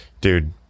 dude